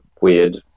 weird